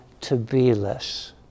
to-be-less